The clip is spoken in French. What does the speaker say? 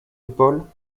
épaules